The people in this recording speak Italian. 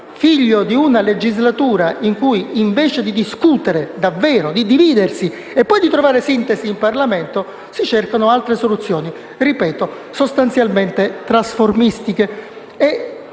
figlio di una legislatura in cui invece di discutere davvero, di dividersi e poi di trovare sintesi in Parlamento, si cercano altre soluzioni, ripeto, sostanzialmente trasformistiche.